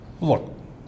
Look